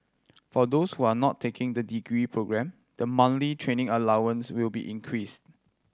for those who are not taking the degree programme the monthly training allowances will be increased